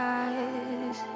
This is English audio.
eyes